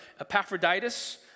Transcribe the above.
Epaphroditus